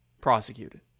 prosecuted